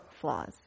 flaws